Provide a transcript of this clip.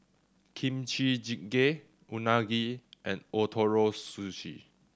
Kimchi Jjigae Unagi and Ootoro Sushi